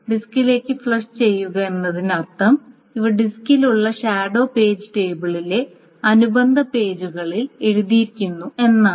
ഡിസ്കിലേക്ക് flush ചെയ്യുക എന്നതിനർത്ഥം ഇവ ഡിസ്കിലുള്ള ഷാഡോ പേജ് ടേബിളിലെ അനുബന്ധ പേജുകളിൽ എഴുതിയിരിക്കുന്നു എന്നാണ്